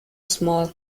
small